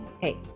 Hey